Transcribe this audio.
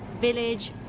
village